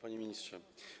Panie Ministrze!